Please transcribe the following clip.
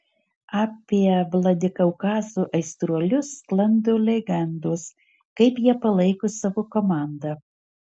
apie vladikaukazo aistruolius sklando legendos kaip jie palaiko savo komandą